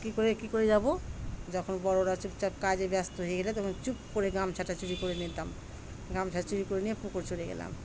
কী করে কী করে যাবো যখন বড়োরা চুপচাপ কাজে ব্যস্ত হয়ে গেলে তখন চুপ করে গামছাটা চুরি করে নিতাম গামছাটা চুরি করে নিয়ে পুকুর চলে যেতাম